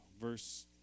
verse